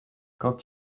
quand